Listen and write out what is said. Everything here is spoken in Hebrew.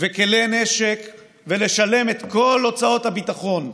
וכלי נשק ולשלם את כל הוצאות הביטחון.